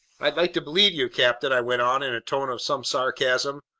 i'd like to believe you, captain, i went on in a tone of some sarcasm.